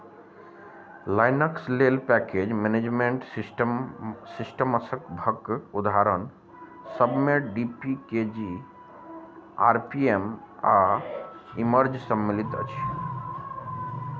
Linux लेल package management system सिस्टमसँ सभक उदाहरण सभमे D P K G R P M आ इमर्ज सम्मिलित अछि